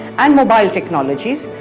and mobile technologies,